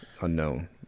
unknown